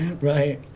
Right